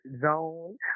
zone